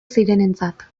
zirenentzat